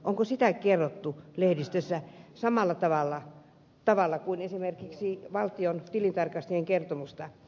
onko siitä kerrottu lehdistössä samalla tavalla kuin esimerkiksi valtiontilintarkastajien kertomuksesta